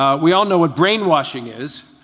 ah we all know what brainwashing is.